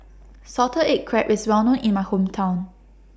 Salted Egg Crab IS Well known in My Hometown